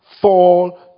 fall